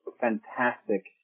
fantastic